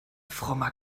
frommer